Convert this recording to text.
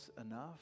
enough